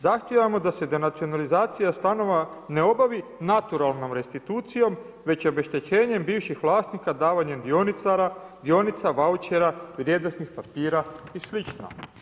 Zahtijevamo da se denacionalizacija stanova ne obavi naturalnom restitucijom već obeštećenjem bivših vlasnika davanjem dionica, vaučera, vrijednosnih papira i slično.